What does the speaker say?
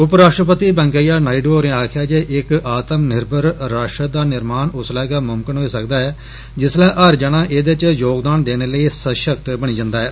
उप राष्ट्रपति वैंकेया नायडू होरें आक्खेआ ऐ जे इक्क आत्मनिर्भर राष्ट्र दा निर्माण उसलै गै मुमकन ऐ जिसलै हर जना एदे च योगदान देने लेई सशक्त बनी जंदा ऐ